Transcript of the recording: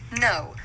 No